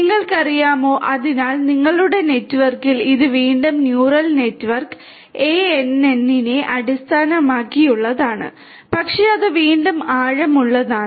നിങ്ങൾക്കറിയാമോ അതിനാൽ നിങ്ങളുടെ നെറ്റ്വർക്കിൽ ഇത് വീണ്ടും ന്യൂറൽ നെറ്റ്വർക്ക് ANN നെ അടിസ്ഥാനമാക്കിയുള്ളതാണ് പക്ഷേ അത് വീണ്ടും ആഴമുള്ളതാണ്